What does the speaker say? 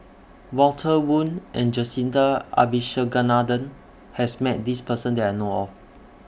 Walter Woon and Jacintha Abisheganaden has Met This Person that I know of